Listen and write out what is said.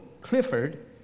Clifford